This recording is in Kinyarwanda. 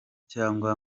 cyangwa